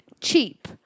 cheap